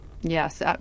Yes